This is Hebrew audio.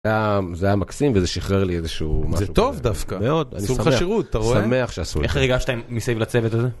זה היה מקסים וזה שחרר לי איזשהו משהו כזה. זה טוב דווקא, מאוד. עשו לך שירות. אני שמח, שמח שעשו לי. איך הרגשת מסביב לצוות הזה?